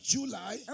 July